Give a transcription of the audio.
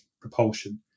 propulsion